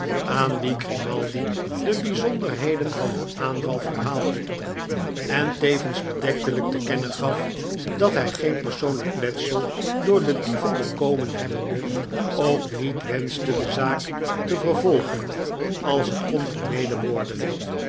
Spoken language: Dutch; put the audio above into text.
aan wien grimaldi de bijzonderheden van den aanval verhaalde en tevens bedektelij'k te kennen gaf dat hij geen persoonlijk letsel door de dieven bekomen hebbende ook niet wenschte de zaak te vervolgen als het kon vermeden worden